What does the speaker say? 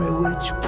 watch